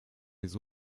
les